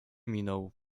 minął